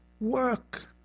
work